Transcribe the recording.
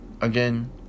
again